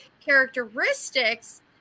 characteristics